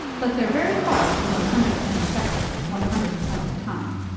but they're very far from one hundred percent effective one hundred percent of the time.